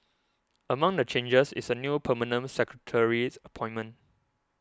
among the changes is a new Permanent Secretary appointment